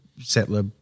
settler